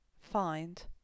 find